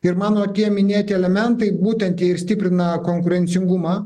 ir mano tie minėti elementai būtent jie ir stiprina konkurencingumą